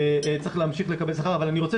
צריך להמשיך לקבל שכר אבל אני רוצה